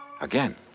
Again